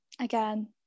again